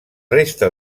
resta